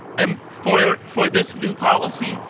um for for this new policy,